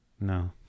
No